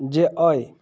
जे अइ